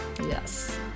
Yes